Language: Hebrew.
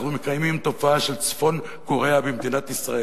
אנחנו מקיימים תופעה של צפון-קוריאה במדינת ישראל,